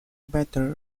better